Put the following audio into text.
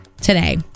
Today